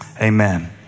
Amen